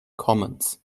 commons